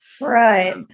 right